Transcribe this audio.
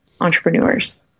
entrepreneurs